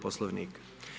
Poslovnika.